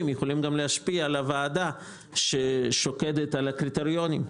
יכולים גם להשפיע על הוועדה ששוקדת על הקריטריונים,